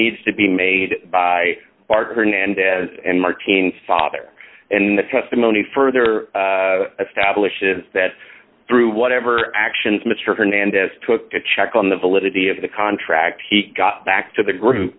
needs to be made by our hernandez and martinez father and the testimony further establishes that through whatever actions mr hernandez took to check on the validity of the contract he got back to the group